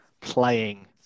playing